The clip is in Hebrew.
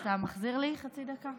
אתה מחזיר לי חצי דקה?